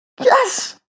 Yes